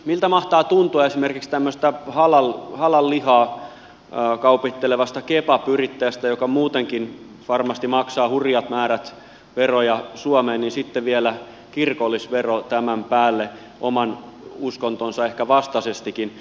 miltä mahtaa tuntua esimerkiksi tämmöistä halal lihaa kaupittelevasta kebab yrittäjästä joka muutenkin varmasti maksaa hurjat määrät veroja suomeen ja sitten vielä kirkollisvero tämän päälle oman uskontonsa ehkä vastaisestikin